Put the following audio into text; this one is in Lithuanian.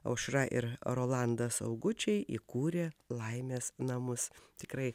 aušra ir rolandas augučiai įkūrė laimės namus tikrai